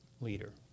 leader